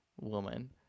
woman